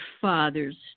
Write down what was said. father's